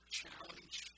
challenge